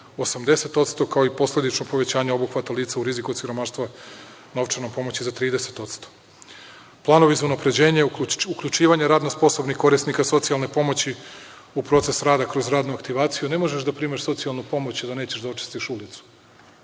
80%, kao i posledično povećanje obuhvata lica u riziku od siromaštva novčanom pomoći za 30%.Planovi za unapređenje, uključivanje radno sposobnih korisnika socijalne pomoći u proces rada kroz radnu aktivaciju. Ne možeš da primaš socijalnu pomoć, a da nećeš da očistiš ulicu.